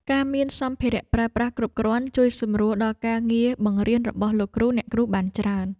ការមានសម្ភារៈប្រើប្រាស់គ្រប់គ្រាន់ជួយសម្រួលដល់ការងារបង្រៀនរបស់លោកគ្រូអ្នកគ្រូបានច្រើន។